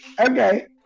okay